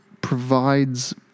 provides